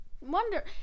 wonder